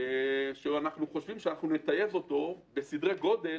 ואנחנו חושבים שאנחנו נטייב אותו בסדרי גודל,